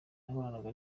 nahoraga